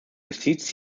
justiz